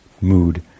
mood